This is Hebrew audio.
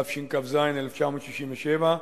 התשכ"ז 1967,